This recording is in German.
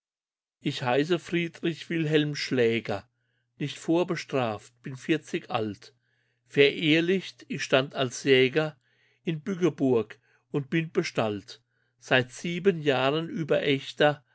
ich heiße friedrich wilhelm schläger nicht vorbestraft bin vierzig alt verehelicht ich stand als jäger in bückeburg und bin bestallt seit sieben jahren über echter